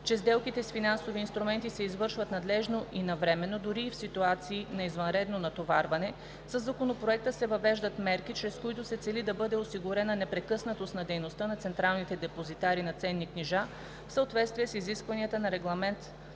че сделките с финансови инструменти се извършват надлежно и навременно, дори в ситуации на извънредно натоварване, със Законопроекта се въвеждат мерки, чрез които се цели да бъде осигурена непрекъснатост на дейността на централните депозитари на ценни книжа в съответствие с изискванията на Регламент